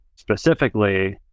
specifically